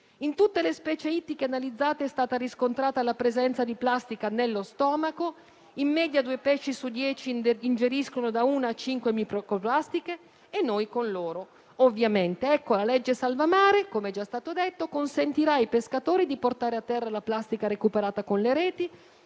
In tutte le specie ittiche analizzate è stata riscontrata la presenza di plastica nello stomaco. In media due pesci su dieci ingeriscono da una a cinque microplastiche e noi con loro, ovviamente. Il disegno di legge salva mare, come già detto, consentirà ai pescatori di portare a terra la plastica recuperata con le reti,